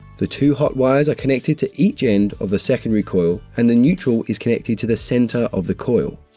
the two hot wires are connected to each end of the secondary coil and the neutral is connected to the centre of the coil.